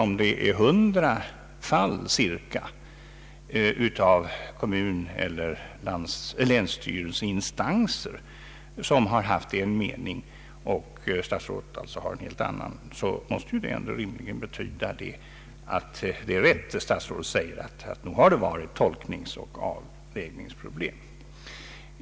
Om i 100 fall kommunoch länsstyrelseinstanser har haft en mening och statsrådet alltså har haft en helt annan, måste det ändå rimligen betyda att det är riktigt som statsrådet säger, nämligen att det nog har varit tolkningsoch avvägningsproblem.